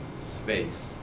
space